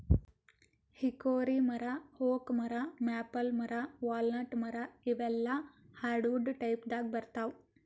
hickory ಮರಾ oak ಮರಾ maple ಮರಾ ವಾಲ್ನಟ್ ಮರಾ ಇವೆಲ್ಲಾ ಹಾರ್ಡವುಡ್ ಟೈಪ್ದಾಗ್ ಬರ್ತಾವ್